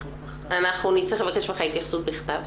לבקש ממך התייחסות בכתב.